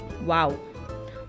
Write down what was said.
Wow